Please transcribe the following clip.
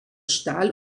stahl